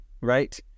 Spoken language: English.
right